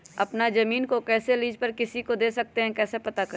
अपना जमीन को कैसे लीज पर किसी को दे सकते है कैसे पता करें?